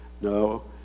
No